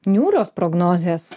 niūrios prognozės